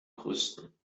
größten